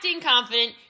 confident